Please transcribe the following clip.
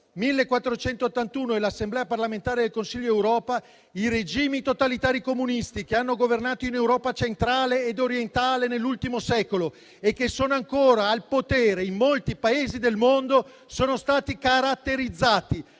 n. 1481 dell'Assemblea parlamentare del Consiglio d'Europa, i regimi totalitari comunisti che hanno governato in Europa centrale ed orientale nell'ultimo secolo, e che sono ancora al potere in molti Paesi del mondo, sono stati caratterizzati